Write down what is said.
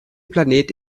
planet